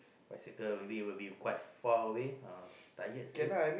bicycle maybe will be quite far away ah tired seh